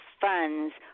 funds